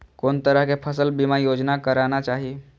कोन तरह के फसल बीमा योजना कराना चाही?